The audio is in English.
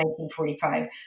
1945